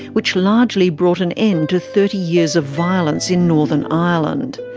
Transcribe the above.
which largely brought an end to thirty years of violence in northern ireland.